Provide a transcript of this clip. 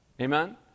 Amen